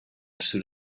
stood